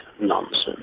nonsense